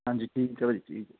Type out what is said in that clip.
ਹਾਂਜੀ ਠੀਕ ਹੈ ਭਾਅ ਜੀ ਠੀਕ